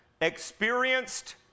experienced